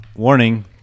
Warning